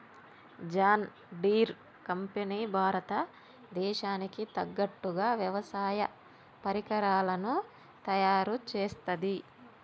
John Deere company భారత దేశానికి తగ్గట్టుగా వ్యవసాయ పరికరాలను తయారుచేస్తది